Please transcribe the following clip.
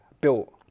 built